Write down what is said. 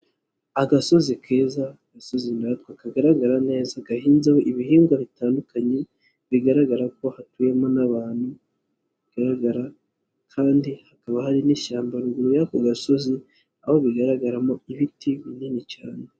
Agasozi keza, agasozi ndatwa kagaragara neza, gahinzeho ibihingwa bitandukanye, bigaragara ko hatuyemo n'abantu, bigaragara kandi hakaba hari n'ishyamba ruguru y'aka gasozi, aho bigaragaramo ibiti binini cyane.